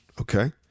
Okay